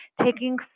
taking